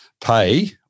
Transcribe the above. pay